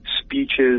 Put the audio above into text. speeches